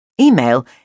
Email